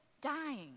dying